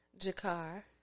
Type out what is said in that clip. Jakar